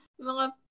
mga